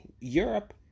Europe